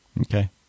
Okay